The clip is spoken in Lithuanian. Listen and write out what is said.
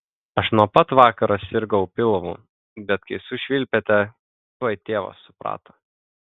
aš nuo pat vakaro sirgau pilvu bet kai sušvilpėte tuoj tėvas suprato